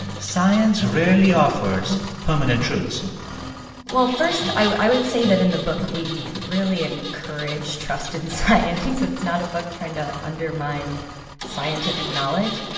science rarely offers permanent truths well, first, i would say that in the book we really encourage trust in science. it's not a book trying to undermine scientific knowledge.